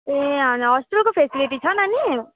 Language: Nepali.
ए अँ होस्टेलको फेसिलिटी छ नानी